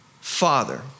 father